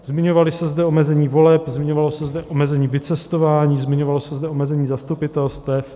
Zmiňovalo se zde omezení voleb, zmiňovalo se zde omezení vycestování, zmiňovalo se zde omezení zastupitelstev.